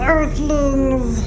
Earthlings